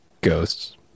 Ghosts